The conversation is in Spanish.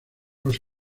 los